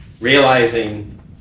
Realizing